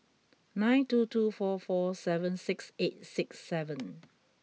nine two two four four seven six eight six seven